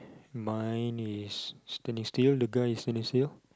mine is standing still the guy is standing still